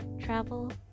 travel